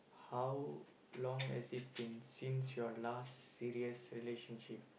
how long has it been since your last serious relationship